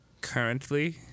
Currently